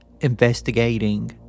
investigating